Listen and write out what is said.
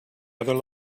other